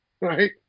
Right